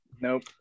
Nope